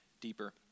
deeper